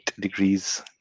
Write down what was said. degrees